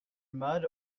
mud